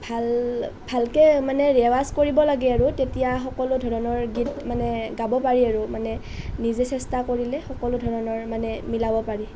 ভাল ভালকৈ মানে ৰেয়াজ কৰিব লাগে আৰু তেতিয়া সকলো ধৰণৰ গীত মানে গাব পাৰি আৰু মানে নিজে চেষ্টা কৰিলে সকলো ধৰণৰ মানে মিলাব পাৰি